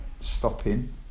stopping